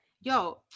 Yo